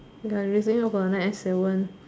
guy refilling for the nine eight seven